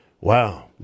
Wow